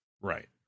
Right